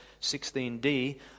16d